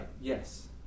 yes